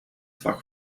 vaak